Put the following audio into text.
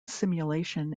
simulation